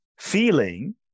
feeling